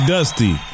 Dusty